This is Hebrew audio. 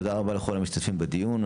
תודה רבה לכל המשתתפים בדיון.